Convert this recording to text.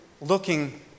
looking